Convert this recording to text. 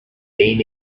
been